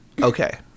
okay